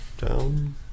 down